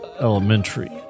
elementary